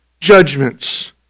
judgments